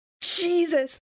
Jesus